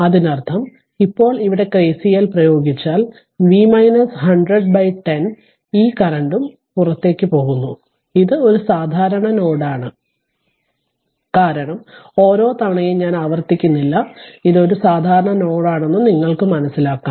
അതിനർത്ഥം ഇപ്പോൾ ഇവിടെ KCL പ്രയോഗിച്ചാൽ V 100 10 ഈ കറന്റും പുറത്തേക്കു പോകുന്നു ഇത് ഒരു സാധാരണ നോഡാണ് കാരണം ഓരോ തവണയും ഞാൻ ആവർത്തിക്കുന്നില്ല ഇത് ഒരു സാധാരണ നോഡാണെന്ന് മനസ്സിലാക്കാം